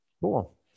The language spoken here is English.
cool